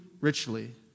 richly